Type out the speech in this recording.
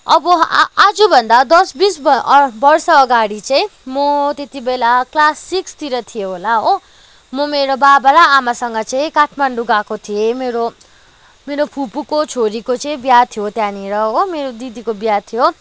अब आ आजभन्दा दस बिस ब वर्ष अगाडि चाहिँ म त्यति बेला क्लास सिक्सतिर थिएँ होला हो म मेरो बाबा र आमासँग चाहिँ काठमाडौँ गएको थिएँ मेरो मेरो फुपूको छोरीको चाहिँ बिहा थियो त्यहाँनिर हो मेरो दिदीको बिहा थियो